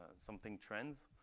something trends,